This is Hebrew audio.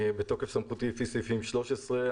בתוקף סמכותי לפי סעיפים 13,